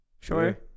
Sure